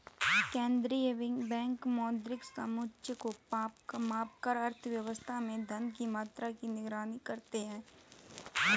केंद्रीय बैंक मौद्रिक समुच्चय को मापकर अर्थव्यवस्था में धन की मात्रा की निगरानी करते हैं